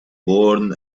born